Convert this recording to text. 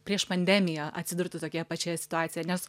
prieš pandemiją atsidurtų tokioje pačioje situacijoje nes